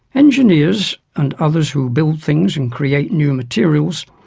engineers, and others who build things and create new materials,